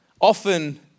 often